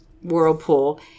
Whirlpool